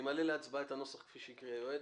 אני מעלה להצבעה את הנוסח, כפי שהקריא היועץ.